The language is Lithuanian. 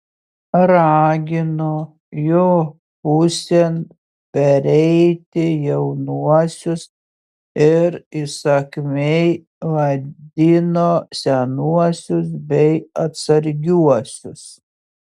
ragino jo pusėn pereiti jaunuosius ir įsakmiai vadino senuosius bei atsargiuosius